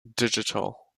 digital